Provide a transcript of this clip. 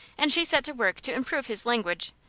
and she set to work to improve his language,